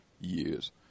years